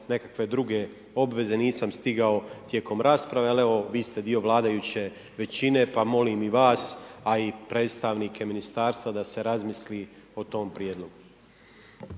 nekakve druge obveze nisam stigao tijekom rasprave, ali vi ste dio vladajuće većine pa molim i vas, a i predstavnike ministarstva da se razmisli o tom prijedlogu.